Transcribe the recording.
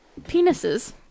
penises